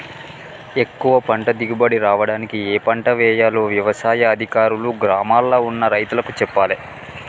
ఎక్కువ పంట దిగుబడి రావడానికి ఏ పంట వేయాలో వ్యవసాయ అధికారులు గ్రామాల్ల ఉన్న రైతులకు చెప్పాలే